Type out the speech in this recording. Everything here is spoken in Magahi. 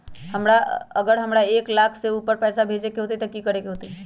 अगर हमरा एक लाख से ऊपर पैसा भेजे के होतई त की करेके होतय?